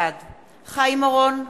בעד חיים אורון,